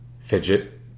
fidget